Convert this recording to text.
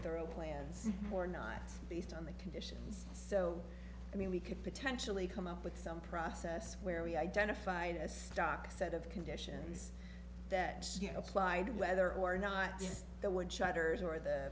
thorough plans or not based on the conditions so i mean we could potentially come up with some process where we identified a stock set of conditions that applied whether or not the